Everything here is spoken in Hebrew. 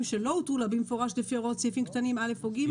שלא הותרו לה במפורש לפי הוראות סעיפים קטנים (א) או (ג)".